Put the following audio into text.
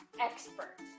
expert